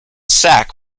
sack